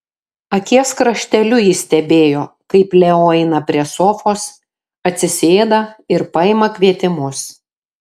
akies krašteliu ji stebėjo kaip leo eina prie sofos atsisėda ir paima kvietimus